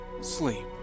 Sleep